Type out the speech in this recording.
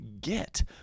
get